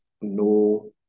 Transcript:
No